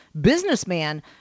businessman